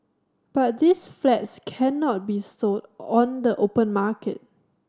but these flats cannot be sold on the open market